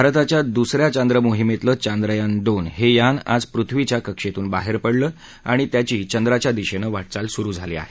भारताच्या दुसऱ्या चांद्रमोहीमेतलं चांद्रयान दोन हे यान आज पृथ्वीच्या कक्षेतून बाहेर पडलं आणि त्याची चंद्राच्या दिशेनं वाटचाल सुरू झाली आहे